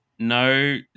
No